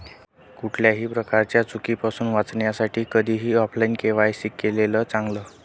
कुठल्याही प्रकारच्या चुकीपासुन वाचण्यासाठी कधीही ऑफलाइन के.वाय.सी केलेलं चांगल